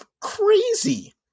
crazy